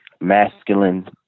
masculine